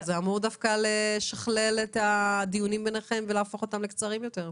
זה אמור לשכלל את הדיונים ביניכם ולהפוך אותם לקצרים יותר.